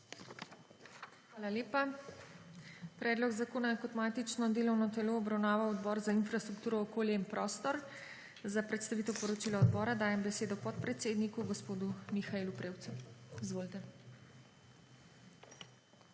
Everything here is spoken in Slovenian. Hvala lepa. Predlog zakona je kot matično delovno telo obravnaval Odbor za infrastrukturo, okolje in prostor. Za predstavitev poročila odbora dajem besedo podpredsedniku, gospodu Mihaelu Prevcu. Izvolite.